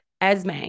Esme